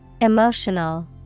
Emotional